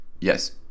Yes